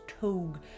tog